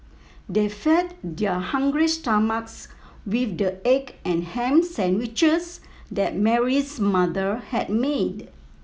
they fed their hungry stomachs with the egg and ham sandwiches that Mary's mother had made